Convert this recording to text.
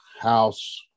house